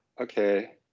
Okay